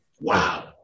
Wow